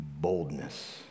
boldness